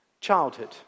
childhood